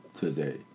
today